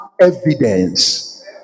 Evidence